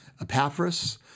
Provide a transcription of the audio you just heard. Epaphras